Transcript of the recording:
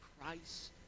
Christ